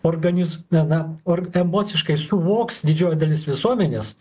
organiz na na or emociškai suvoks didžioji dalis visuomenės